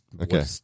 okay